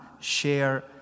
share